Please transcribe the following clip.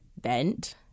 bent